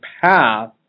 path